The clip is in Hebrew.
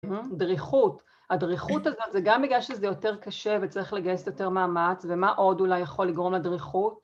דריכות, הדריכות הזאת זה גם בגלל שזה יותר קשה וצריך לגייס יותר מאמץ ומה עוד אולי יכול לגרום לדריכות?